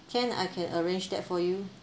can I can arrange that for you